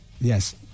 Yes